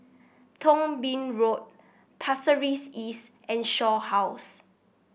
Thong Bee Road Pasir Ris East and Shaw House